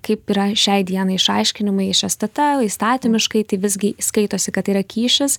kaip yra šiai dienai išaiškinimai iš stt įstatymiškai tai visgi skaitosi kad tai yra kyšis